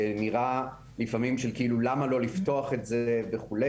שנראה לפעמים של כאילו למה לא לפתוח את זה וכו'.